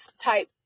type